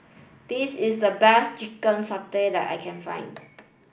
this is the best Chicken Satay that I can find